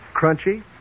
crunchy